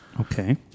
Okay